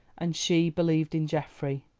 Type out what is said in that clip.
and she believed in geoffrey.